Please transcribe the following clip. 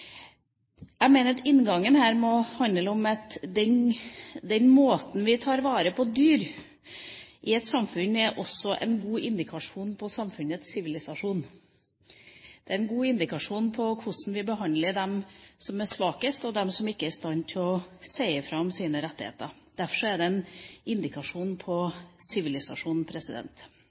Jeg mener at inngangen her må handle om at den måten vi tar vare på dyr på i et samfunn, også er en god indikasjon på samfunnets sivilisasjon. Det er en god indikasjon på hvordan vi behandler dem som er svakest, og dem som ikke er i stand til å si fra om sine rettigheter. Derfor er det en indikasjon på samfunnets sivilisasjon.